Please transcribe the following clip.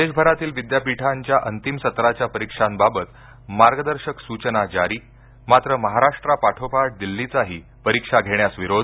देशभरातील विद्यापीठांच्या अंतिम सत्राच्या परिक्षांबाबत मार्गदर्शक सूचना जारी मात्र महाराष्ट्रा पाठोपाठ दिल्लीचाही परिक्षा घेण्यास विरोध